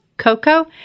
Coco